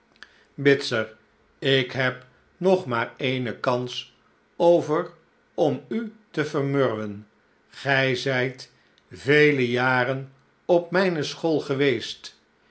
bitzer ik heb nog maar eene kans over om u te vermurwen gij zijt vele jaren op mijne school geweest